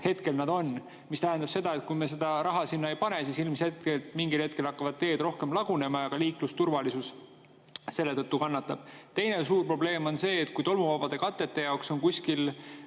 need praegu on. See tähendab seda, et kui me rohkem raha sinna ei pane, siis ilmselgelt mingil hetkel hakkavad teed rohkem lagunema ja ka liiklusturvalisus selle tõttu kannatab. Teine suur probleem on see, et kui tolmuvabade katete jaoks on